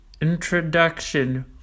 Introduction